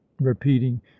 repeating